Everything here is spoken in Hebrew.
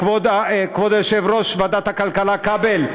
כבוד יושב-ראש ועדת הכלכלה, כבל,